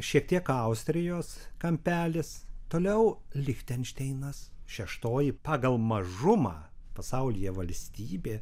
šiek tiek austrijos kampelis toliau lichtenšteinas šeštoji pagal mažumą pasaulyje valstybė